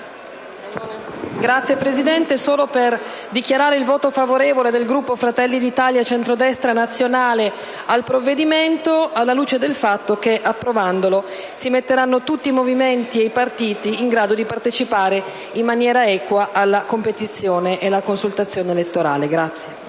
intervengo solo per dichiarare il voto favorevole del Gruppo Fratelli d'Italia‑Centrodestra Nazionale al provvedimento, alla luce del fatto che, approvandolo, si metteranno tutti i movimenti e i partiti in grado di partecipare in maniera equa alla competizione e alla consultazione elettorale.